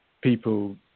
people